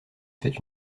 fait